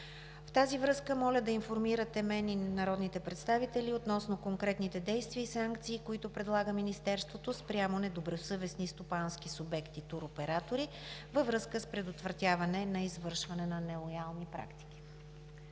В тази връзка моля да информирате мен и народните представители относно конкретните действия и санкции, които прилага Министерството, спрямо недобросъвестни стопански субекти – туроператори, във връзка с предотвратяване извършването на нелоялни практики.